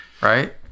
right